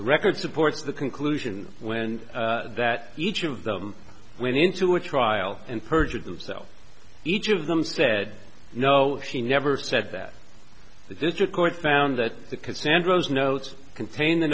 record supports the conclusion when that each of them went into a trial and perjured themselves each of them said no she never said that the district court found that the cassandra's notes contain the